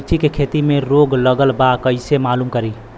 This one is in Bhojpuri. मिर्ची के खेती में रोग लगल बा कईसे मालूम करि?